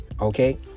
Okay